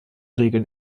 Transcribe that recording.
regeln